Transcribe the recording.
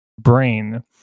brain